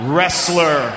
Wrestler